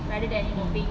mm